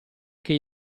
che